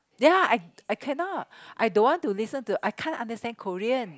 ya I I cannot I don't want to listen to I can't understand Korean